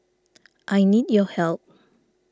I need your help